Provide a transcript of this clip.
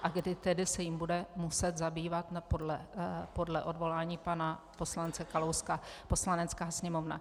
A kdy tedy se jí bude muset zabývat podle odvolání pana poslance Kalouska Poslanecká sněmovna.